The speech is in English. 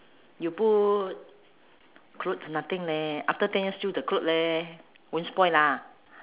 you put clothes nothing leh after ten years still the clothes leh won't spoil lah